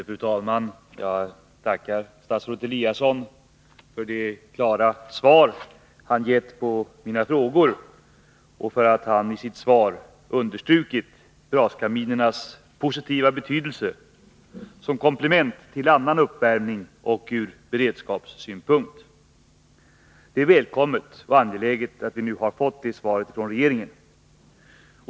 Fru talman! Jag tackar statsrådet Eliasson för det klara svar som han har givit på mina frågor och för att han i sitt svar har understrukit braskaminernas positiva betydelse som komplement till annan uppvärmning och från beredskapssynpunkt. Det är välkommet och angeläget att vi nu har fått det svaret från regeringen.